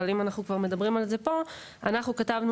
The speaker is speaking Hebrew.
אבל אם אנחנו כבר מדברים על זה פה: אנחנו כתבנו: